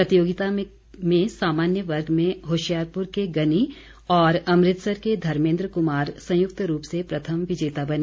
प्रतियोगिता के सामान्य वर्ग में होशियारपुर के गनी और अमृतसर के धर्मेद्र कुमार संयुक्त रूप से प्रथम विजेता बने